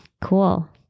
Cool